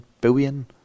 billion